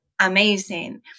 amazing